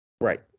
Right